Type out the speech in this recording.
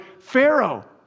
Pharaoh